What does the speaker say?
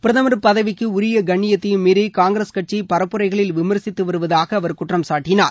பிரதமர் பதவிக்கு உரிய கண்ணியத்தையும் மீறி காங்கிரஸ் கட்சி பரப்புரைகளில் விமா்சித்து வருவதாக அவர் குற்றம்சாட்டினார்